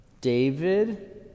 David